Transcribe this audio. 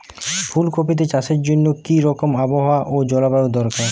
ফুল কপিতে চাষের জন্য কি রকম আবহাওয়া ও জলবায়ু দরকার?